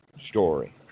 story